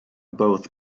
both